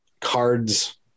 cards